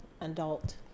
adult